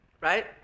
Right